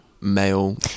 male